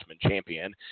champion